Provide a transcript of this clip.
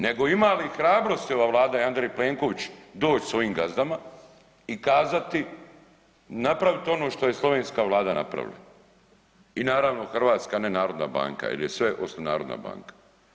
Nego ima li hrabrosti ova Vlada i Andrej Plenković doći svojim gazdama i kazati napravit ono što je slovenska vlada napravila i naravno hrvatska nenarodna banka jer je sve osim narodna banka.